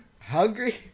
hungry